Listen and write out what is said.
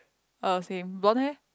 uh same blonde hair